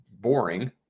boring